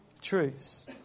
Truths